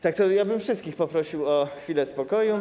Tak, to ja bym wszystkich poprosił o chwilę spokoju.